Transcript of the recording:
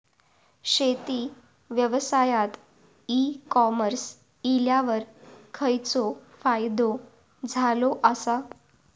शेती व्यवसायात e commerce इल्यावर खयचो फायदो झालो आसा?